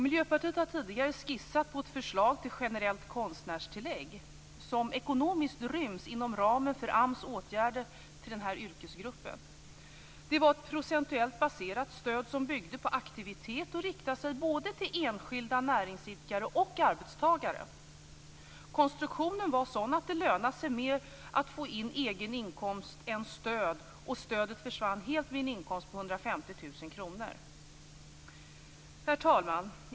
Miljöpartiet har tidigare skissat på ett förslag till generellt konstnärstillägg som ekonomiskt ryms inom ramen för AMS åtgärder för denna yrkesgrupp. Det var ett procentuellt baserat stöd, som byggde på aktivitet och som riktade sig både till enskilda näringsidkare och till arbetstagare. Konstruktionen var sådan att det lönade sig mer att få in egen inkomst än stöd, och stödet försvann helt vid en inkomst på 150 000 Herr talman!